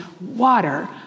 water